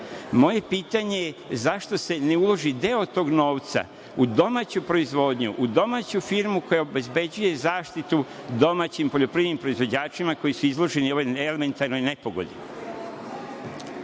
pitanje je zašto se ne uloži deo tog novca u domaću proizvodnju, u domaću firmu koja obezbeđuje zaštitu domaćim poljoprivrednim proizvođačima koji su izloženi ovoj elementarnoj nepogodi.